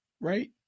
right